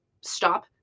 stop